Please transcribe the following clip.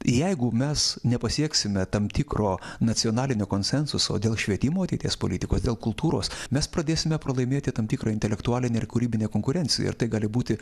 jeigu mes nepasieksime tam tikro nacionalinio konsensuso dėl švietimo ateities politikos dėl kultūros mes pradėsime pralaimėti tam tikrą intelektualinę ir kūrybinę konkurenciją ir tai gali būti